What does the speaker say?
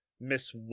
Miss